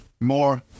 more